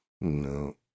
No